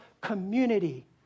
community